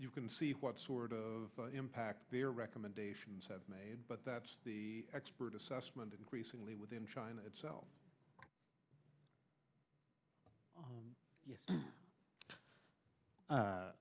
you can see what sort of impact their recommendations have made but that the expert assessment increasingly within china itself